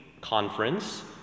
conference